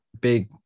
big